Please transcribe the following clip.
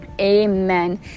amen